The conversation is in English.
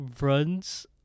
runs